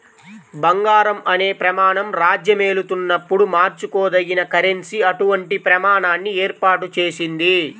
బంగారం అనే ప్రమాణం రాజ్యమేలుతున్నప్పుడు మార్చుకోదగిన కరెన్సీ అటువంటి ప్రమాణాన్ని ఏర్పాటు చేసింది